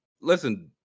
listen